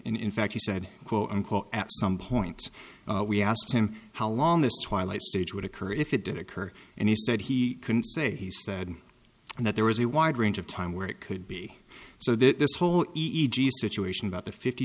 in fact he said quote unquote at some point we asked him how long this twilight stage would occur if it did occur and he said he couldn't say he said that there was a wide range of time where it could be so that this whole situation about the fifty